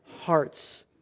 hearts